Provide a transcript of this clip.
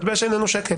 מטבע שאיננו שקל.